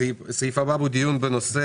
אני עובר לסעיף הבא בסדר היום שהוא דיון בנושא